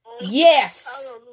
Yes